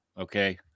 Okay